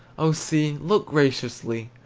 oh sea, look graciously!